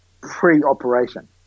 pre-operation